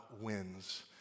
wins